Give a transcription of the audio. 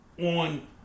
on